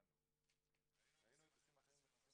האמנו, למרות שראינו מטוסים אחרים נכנסים